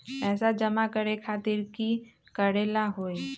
पैसा जमा करे खातीर की करेला होई?